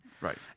Right